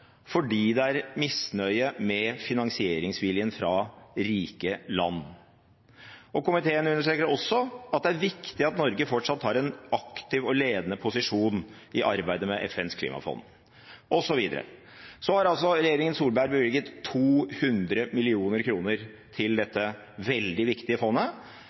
fordi det er misnøye med finansieringsviljen fra rike land. Komiteen understreker også at det er viktig at Norge fortsatt har en aktiv og ledende posisjon i arbeidet med FNs klimafond, osv. Så har altså regjeringen Solberg bevilget 200 mill. kr til dette veldig viktige fondet,